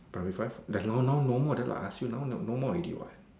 primary five that now no no more then I ask you now no more already what